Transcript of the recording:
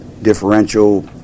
differential